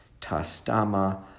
tastama